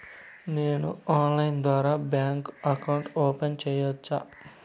నేను ఆన్లైన్ ద్వారా bank account open సేయొచ్చా?